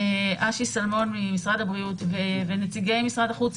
אשי סלמון ממשרד הבריאות ונציגי משרד החוץ.